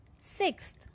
Sixth